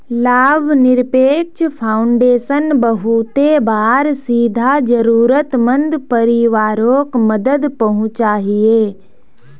लाभ निरपेक्ष फाउंडेशन बहुते बार सीधा ज़रुरत मंद परिवारोक मदद पहुन्चाहिये